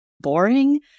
boring